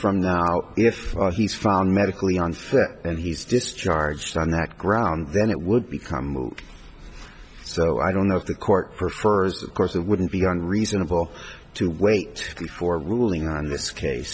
from now if he's found medically unfit and he's discharged on that ground then it would become moot so i don't know if the court prefers of course it wouldn't be unreasonable to wait before ruling on this